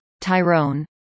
Tyrone